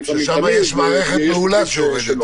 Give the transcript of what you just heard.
שם יש מערכת מעולה.